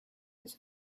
was